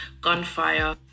gunfire